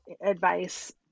advice